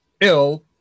ill